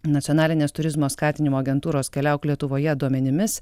nacionalinės turizmo skatinimo agentūros keliauk lietuvoje duomenimis